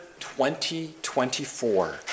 2024